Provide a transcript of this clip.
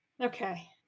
Okay